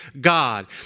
God